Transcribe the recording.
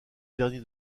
derniers